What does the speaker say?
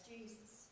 Jesus